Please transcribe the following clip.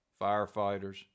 firefighters